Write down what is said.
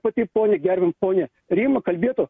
pati ponia gerbiama ponia rima kalbėtų